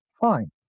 fine